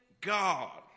God